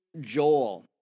Joel